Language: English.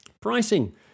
pricing